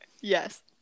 Yes